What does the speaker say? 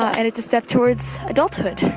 and it's a step towards adulthood,